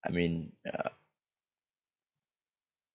I mean uh